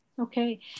Okay